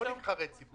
לא נבחרי ציבור.